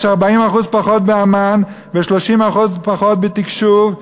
יש 40% פחות באמ"ן ו-30% פחות בתקשוב,